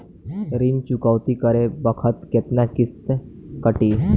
ऋण चुकौती करे बखत केतना किस्त कटी?